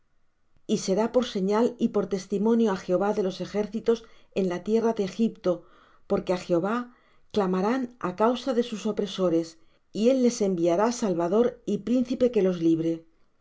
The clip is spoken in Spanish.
y será por señal y por testimonio á jehová de los ejércitos en la tierra de egipto porque á jehová clamarán á causa de sus opresores y él les enviará salvador y príncipe que los libre